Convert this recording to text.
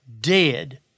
dead